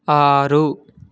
ఆరు